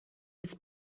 his